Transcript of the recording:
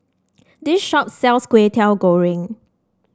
this shop sells Kway Teow Goreng